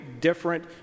different